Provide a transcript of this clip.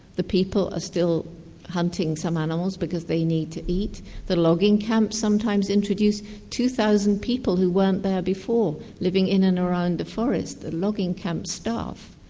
the people are still hunting some animals because they need to eat. the logging camps sometimes introduce two thousand people who weren't there before, living in and around the forest the logging camp staff.